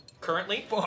Currently